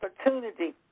opportunity